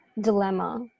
dilemma